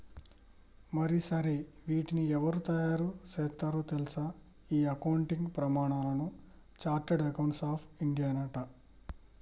మరి సరే వీటిని ఎవరు తయారు సేత్తారో తెల్సా ఈ అకౌంటింగ్ ప్రమానాలను చార్టెడ్ అకౌంట్స్ ఆఫ్ ఇండియానట